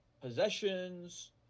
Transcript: possessions